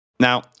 Now